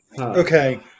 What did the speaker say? Okay